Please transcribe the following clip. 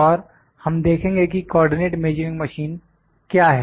और हम देखेंगे कि कोऑर्डिनेट मेजरिंग मशीन CMM क्या है